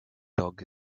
dog